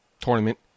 tournament